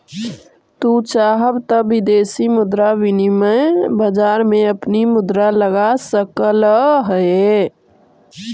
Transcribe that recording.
तू चाहव त विदेशी मुद्रा विनिमय बाजार में अपनी मुद्रा लगा सकलअ हे